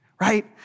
right